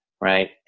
Right